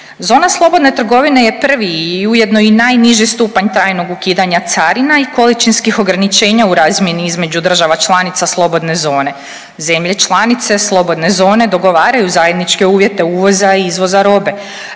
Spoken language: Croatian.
Zona slobodne trgovine je prvi i ujedno i najniži stupanj trajnog ukidanja carina i količinskih ograničenja u razmjeni između država članica slobodne zone. Zemlje članice slobodne zone dogovaraju zajedničke uvjete uvoza i izvoza robe,